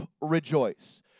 rejoice